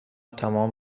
تمام